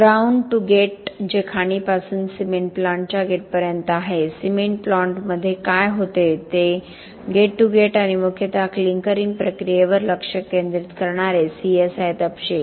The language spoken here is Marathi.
ग्राउंड टू गेट जे खाणीपासून सिमेंट प्लांटच्या गेटपर्यंत आहे सिमेंट प्लांटमध्ये काय होते ते गेट टू गेट आणि मुख्यतः क्लिंकरिंग प्रक्रियेवर लक्ष केंद्रित करणारे CSI तपशील